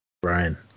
Brian